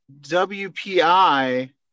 WPI